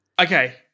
Okay